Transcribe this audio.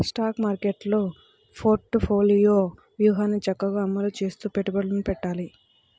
stock మార్కెట్టులో portfolio వ్యూహాన్ని చక్కగా అమలు చేస్తూ పెట్టుబడులను పెట్టాలి